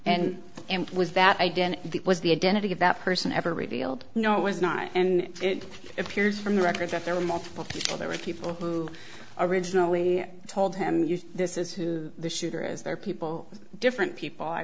and was that i didn't the was the identity of that person ever revealed no it was not and it appears from the records that there were multiple people there were people who originally told him yes this is who the shooter is there are people different people i